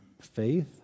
faith